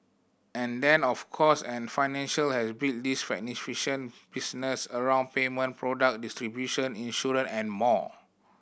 and then of course and Financial has built this magnificent business around payment product distribution insurance and more